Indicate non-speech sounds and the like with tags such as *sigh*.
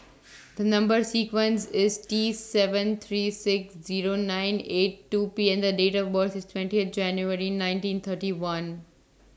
*noise* The Number sequence IS T seven three six Zero nine eight two P and The Date of birth IS twentieth January nineteen thirty one